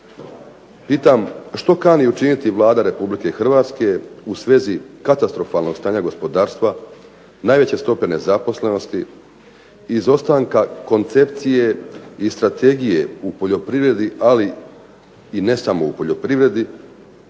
pitam što kani učiniti Vlada Republike Hrvatske u svezi katastrofalnog stanja gospodarstva, najveće stope nezaposlenosti, izostanka koncepcije i strategije u poljoprivredi, ali i ne samo u poljoprivredi,